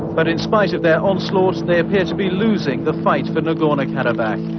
but in spite of their onslaught they appear to be losing the fight for nagorno-karabakh.